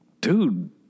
dude